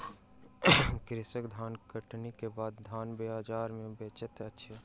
कृषक धानकटनी के बाद धान बजार में बेचैत अछि